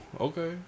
Okay